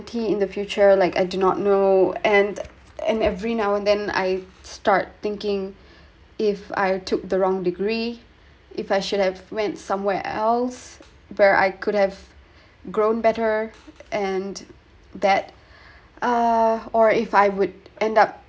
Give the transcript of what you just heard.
ty~ in the future like I do not know and and every now and then I start thinking if I took the wrong degree if I should have went somewhere else where I could have grown better and that uh or if I would ended up